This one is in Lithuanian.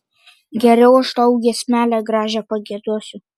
geriau aš tau giesmelę gražią pagiedosiu